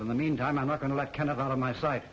but in the meantime i'm not going to let kind of out of my si